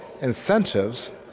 incentives